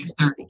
230